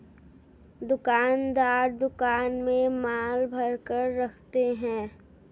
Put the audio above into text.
दुकानदार दुकान में माल भरकर रखते है